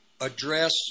address